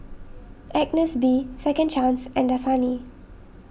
Agnes B Second Chance and Dasani